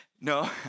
No